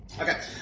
Okay